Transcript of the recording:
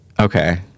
okay